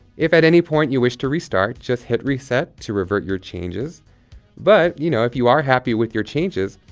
if at any point you wish to restart, just hit reset to revert your changes but you know, if you are happy with your changes,